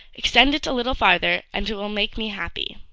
extend it a little farther, and it will make me happy.